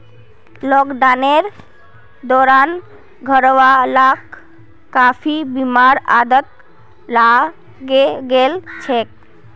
लॉकडाउनेर दौरान घरवालाक कॉफी पीबार आदत लागे गेल छेक